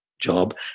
job